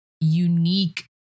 unique